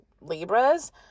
Libras